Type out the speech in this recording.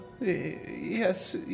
Yes